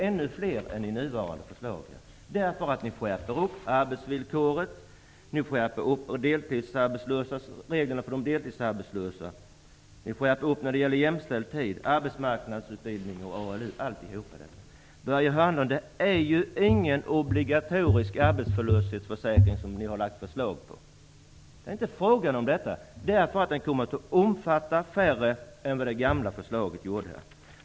Ännu fler än med nuvarande ordning, därför att ni skärper arbetsvillkoret och reglerna för de deltidsarbetslösa. Ni skärper reglerna för jämställd tid, arbetsmarknadsutbildning och ALU osv. Det är ingen obligatorisk arbetslöshetsförsäkring som ni har föreslagit, Börje Hörnlund. Den kommer att omfatta färre än den gamla försäkringen gjorde.